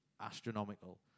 astronomical